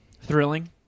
Thrilling